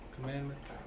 commandments